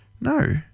no